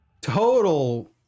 total